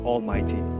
Almighty